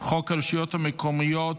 חוק הרשויות המקומיות